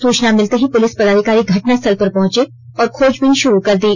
सूचना मिलते ही पुलिस पदाधिकारी घटनास्थल पर पहुंचे और खोजबीन शुरू कर दी